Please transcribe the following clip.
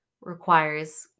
requires